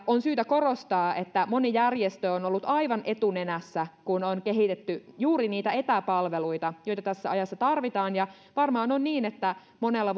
on syytä korostaa että moni järjestö on ollut aivan etunenässä kun on kehitetty juuri niitä etäpalveluita joita tässä ajassa tarvitaan ja varmaan on niin että monella